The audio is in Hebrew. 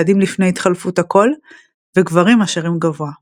ילדים לפני התחלפות הקול וגברים השרים גבוה.